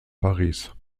paris